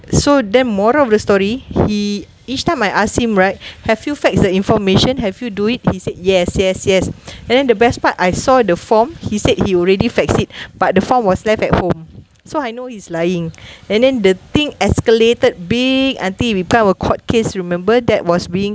so then moral of the story he each time I asked him right have you fax the information have you do it he said yes yes yes and then the best part I saw the form he said he already fax it but the form was left at home so I know he's lying and then the thing escalated big until become a court case remember that was being